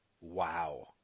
Wow